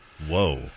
Whoa